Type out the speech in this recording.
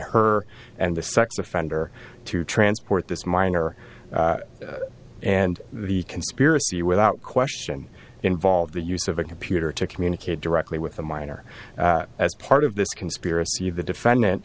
her and the sex offender to transport this minor and the conspiracy without question involved the use of a computer to communicate directly with a minor as part of this conspiracy the defendant